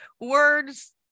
words